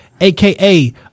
aka